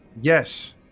Yes